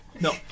No